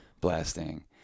blasting